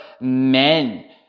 men